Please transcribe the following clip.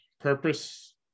Purpose